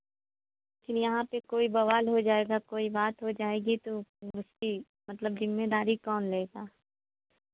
फिर यहाँ पर कोई बवाल हो जाएगा कोई बात हो जाएगी तो उसकी मतलब जिम्मेदारी कौन लेगा